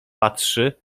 patrzy